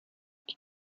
ich